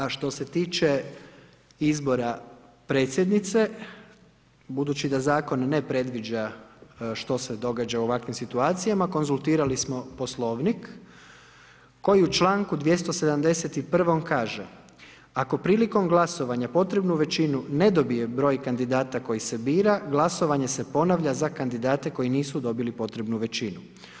A što se tiče izbora predsjednice, budući da zakon ne predviđa šta se događa u ovakvim situacijama, konzultirali smo Poslovnik koji u čl. 271. kaže, „Ako prilikom glasovanja potrebnu većinu ne dobije broj kandidata koji se bira, glasovanje se ponavlja za kandidate koji nisu dobili potrebnu većinu.